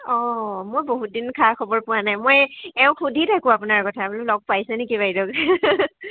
অ মোৰ বহুতদিন খা খবৰ পোৱা নাই মই এই এওঁক সুধি থাকোঁ আপোনাৰ কথা বোলো লগ পাইছে নেকি বাইদেউক